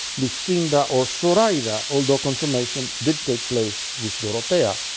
lucinda or so zoraida, although consummation did take place with dorotea.